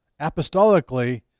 Apostolically